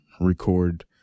record